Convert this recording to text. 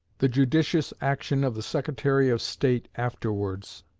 the judicious action of the secretary of state afterwards.